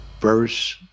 verse